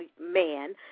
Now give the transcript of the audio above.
man